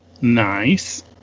Nice